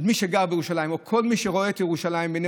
מי שגר בירושלים או כל מי שרואה את ירושלים בעיני